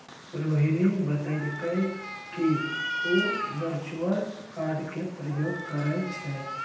रोहिणी बतलकई कि उ वर्चुअल कार्ड के प्रयोग करई छई